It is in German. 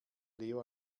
leo